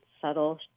subtle